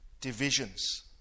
divisions